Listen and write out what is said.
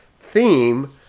theme